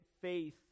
faith